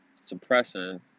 suppressing